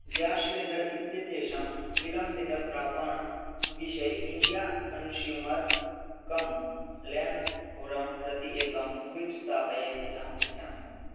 gas cylinder इत्यतेषां विलम्बितं प्रापणविषये India consumer complaint forum एकं ट्वीट् स्थापय इति अहम् इच्छामि